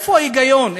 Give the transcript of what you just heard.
איפה ההיגיון?